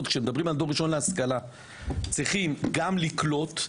כשמדברים על דור ראשון להשכלה צריכים גם לקלוט,